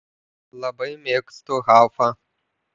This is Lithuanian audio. labai mėgstu haufą